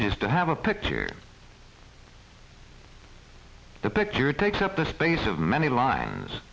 has to have a picture the picture takes up the space of many lines